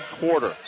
quarter